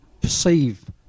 perceive